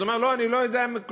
הוא אמר: לא, אני לא יודע מכלום.